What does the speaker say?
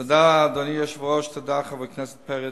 תודה, אדוני היושב-ראש, תודה, חבר הכנסת פרץ.